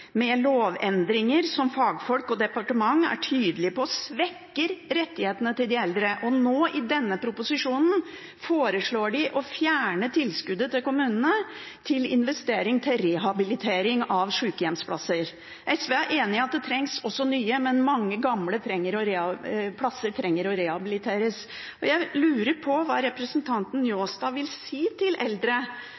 med lovendringer som fagfolk og departement er tydelige på at svekker rettighetene til de eldre. Nå i denne proposisjonen foreslår de å fjerne tilskuddet til kommunene til investering til rehabilitering av sykehjemsplasser. SV er enig i at det også trengs nye, men mange gamle plasser trenger å rehabiliteres. Jeg lurer på hva representanten